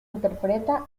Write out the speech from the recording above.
interpreta